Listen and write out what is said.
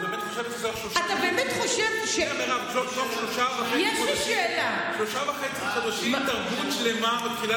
את באמת חושבת שתוך שלושה וחצי חודשים תרבות שלמה מתחילה,